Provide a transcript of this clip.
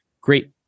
great